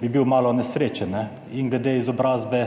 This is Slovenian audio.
bi bil malo nesrečen in glede izobrazbe